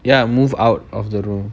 ya move out of the room